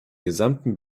gesamten